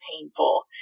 painful